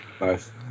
Nice